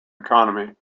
economy